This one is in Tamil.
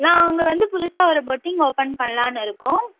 நாங்கள் வந்து புதுசாக ஒரு பொட்டிங் ஓப்பன் பண்ணலான்னு இருக்கோம்